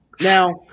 Now